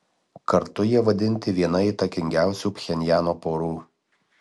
kartu jie vadinti viena įtakingiausių pchenjano porų